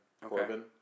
Corbin